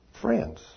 friends